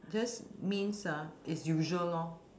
just means ah is usual lor